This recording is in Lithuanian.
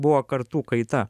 buvo kartų kaita